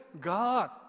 God